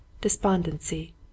Despondency